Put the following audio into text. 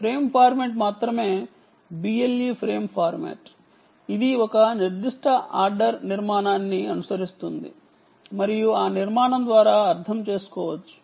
frame format BLE frame format మాత్రమే ఇది ఒక నిర్దిష్ట ఆర్డర్ నిర్మాణాన్ని అనుసరిస్తుంది మరియు ఆ నిర్మాణం ద్వారా అర్థం చేసుకోవచ్చు